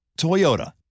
Toyota